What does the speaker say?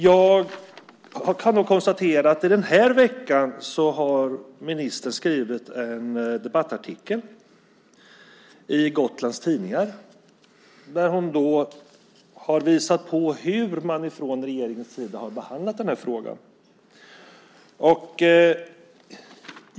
Jag kan konstatera att ministern den här veckan har skrivit en debattartikel i Gotlands Tidningar. Där har hon visat på hur man från regeringens sida har behandlat den här frågan.